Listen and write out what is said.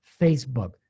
Facebook